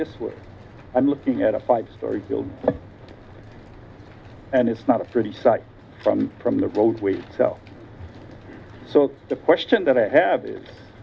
this way and looking at a five story building and it's not a pretty sight from from the road we sell so the question that i have is